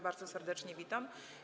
Bardzo serdecznie witam.